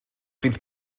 fydd